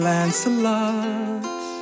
Lancelot